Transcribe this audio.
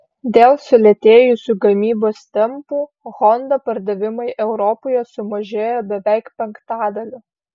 dėl sulėtėjusių gamybos tempų honda pardavimai europoje sumažėjo beveik penktadaliu